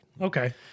Okay